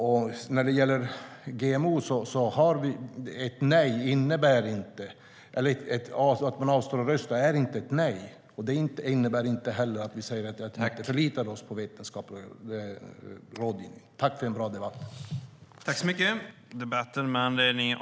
Jag tackar för en bra debatt. Överläggningen var härmed avslutad.